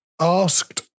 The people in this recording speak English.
asked